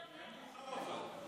זה היה מאוחר, אבל.